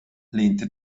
lehnte